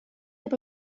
cap